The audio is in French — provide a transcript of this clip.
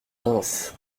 reims